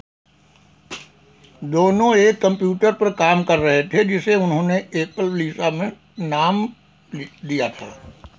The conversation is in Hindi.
दोनों एक कंप्यूटर पर काम कर रहे थे जिसे उन्होंने एपल लीसा में नाम दिया था